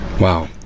wow